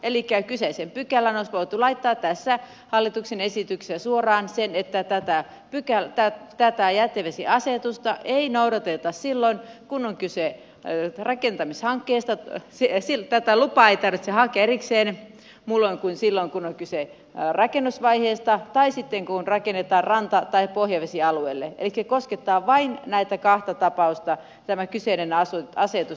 kyseiseen pykälään olisi voitu laittaa tässä hallituksen esityksessä suoraan se että tätä lupaa ei noudateta silloin kun on kyse ay rakentamishankkeesta sie siltä että tarvitse hakea erikseen muulloin kuin silloin kun on kyse rakennusvaiheesta tai sitten kun rakennetaan ranta tai pohjavesialueelle elikkä koskettaa vain näitä kahta tapausta tämä kyseinen asetus